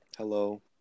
Hello